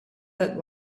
that